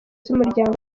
z’umuryango